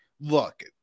look